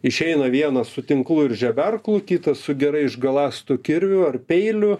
išeina vienas su tinklu ir žeberklu kitas su gerai išgaląstu kirviu ar peiliu